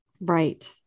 Right